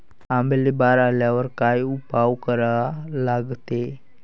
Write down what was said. आंब्याले बार आल्यावर काय उपाव करा लागते?